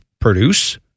produce